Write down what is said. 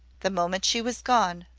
the moment she was gone,